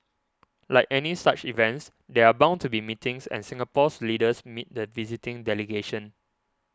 like any such events there are bound to be meetings and Singapore's leaders met the visiting delegation